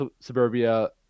Suburbia